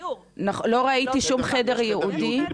יש חדר ייעודי,